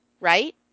right